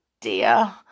dear